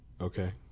Okay